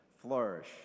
flourish